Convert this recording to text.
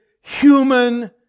human